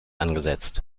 angesetzt